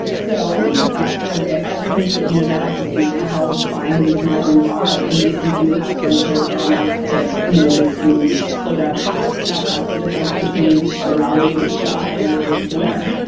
so i think that that's part of it. i also think that, you know, that also speaks to how fine these margins are. i mean, if you do have some sort of ailment that, you know, makes you slow down half to stop, that's the difference between a rally shot and a winner.